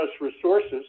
resources